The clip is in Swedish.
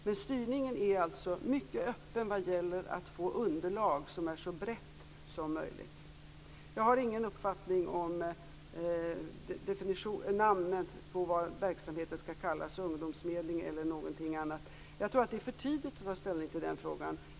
Men styrningen är alltså mycket öppen vad gäller att få underlag som är så brett som möjligt. Jag har ingen uppfattning om vad verksamheten skall kallas, ungdomsmedling eller någonting annat. Jag tror att det är för tidigt att ta ställning till den frågan.